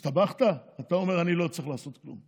הסתבכת, אתה אומר: אני לא צריך לעשות כלום.